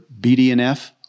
BDNF